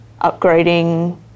upgrading